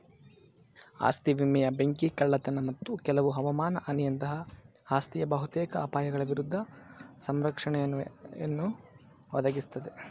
ಆಸ್ತಿ ವಿಮೆಯು ಬೆಂಕಿ ಕಳ್ಳತನ ಮತ್ತು ಕೆಲವು ಹವಮಾನ ಹಾನಿಯಂತಹ ಆಸ್ತಿಯ ಬಹುತೇಕ ಅಪಾಯಗಳ ವಿರುದ್ಧ ಸಂರಕ್ಷಣೆಯನ್ನುಯ ಒದಗಿಸುತ್ತೆ